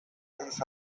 case